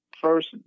First